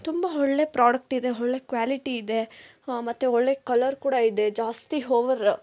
ತುಂಬ ಒಳ್ಳೆ ಪ್ರಾಡಕ್ಟ್ ಇದೆ ಒಳ್ಳೆ ಕ್ವಾಲಿಟಿ ಇದೆ ಮತ್ತೆ ಒಳ್ಳೆ ಕಲರ್ ಕೂಡ ಇದೆ ಜಾಸ್ತಿ ಹೋವರ್